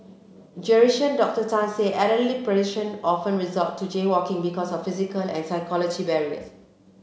Geriatrician Doctor Tan said elderly pedestrian often resort to jaywalking because of physical and psychological barriers